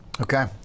Okay